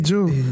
Joe